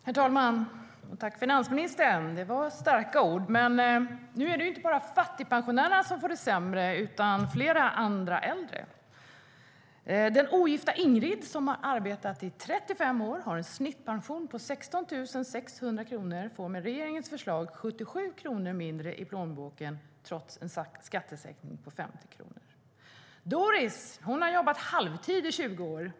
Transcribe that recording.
Herr talman! Tack, finansministern! Det var starka ord. Men nu är det inte bara fattigpensionärerna som får det sämre utan även flera andra äldre. Den ogifta Ingrid, som arbetat i 35 år och har en snittpension på 16 600 kronor, får med regeringens förslag 77 kronor mindre i plånboken, trots en skattesänkning på 50 kronor. Doris har jobbat halvtid i 20 år.